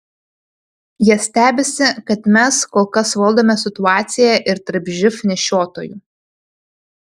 jie stebisi kad mes kol kas valdome situaciją ir tarp živ nešiotojų